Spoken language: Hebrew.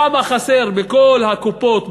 כמה חסר בכל הקופות,